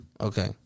Okay